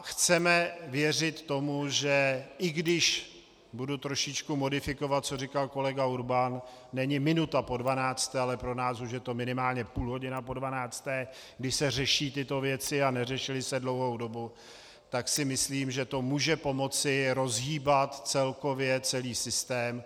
Chceme věřit tomu, že i když budu trošičku modifikovat, co říkal kolega Urban není minuta po dvanácté, ale pro nás už je to minimálně půl hodiny po dvanácté, kdy se řeší tyto věci a neřešily se dlouhou dobu, tak si myslím, že to může pomoci rozhýbat celkově celý systém.